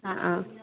ആ ആ